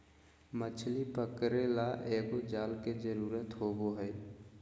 मछली पकरे ले एगो जाल के जरुरत होबो हइ